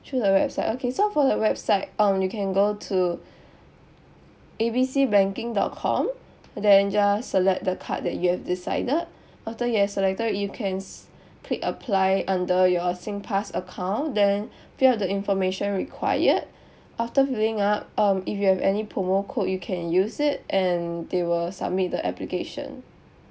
through the website okay so for the website um you can go to A B C banking dot com then just select the card that you have decided after you have selected you can s~ click apply under your singpass account then fill up the information required after filling up um if you have any promo code you can use it and they will submit the application